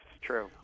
true